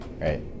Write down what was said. Right